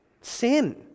sin